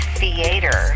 theater